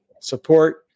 support